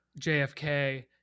JFK